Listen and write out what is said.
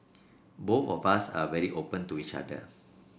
both of us are very open to each other